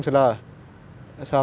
what what what he say initially